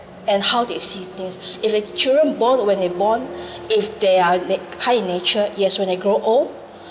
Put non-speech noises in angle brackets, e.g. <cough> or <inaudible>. and how they see things if the children born when they born if they are ni~ kind in nature yes when they grow old <breath>